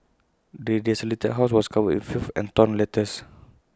the desolated house was covered in filth and torn letters